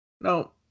No